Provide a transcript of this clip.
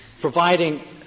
providing